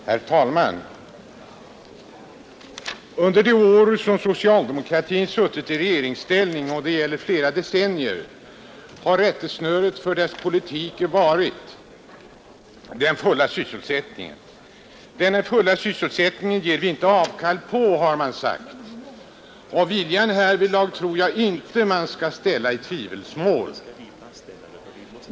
Herr talman! Under de år socialdemokraterna suttit i regeringsställning — och det är under flera decennier — har rättesnöret för deras politik varit, enligt vad de själva deklarerat, den fulla sysselsättningen. ”Den fulla sysselsättningen ger vi inte avkall på”, har man sagt. Viljan härvidlag tror jag inte att man skall ställa i tvivelsmål.